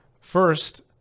First